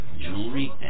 jewelry